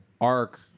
arc